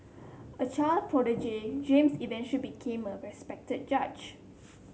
a child prodigy James eventually became a respected judge